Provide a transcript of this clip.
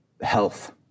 health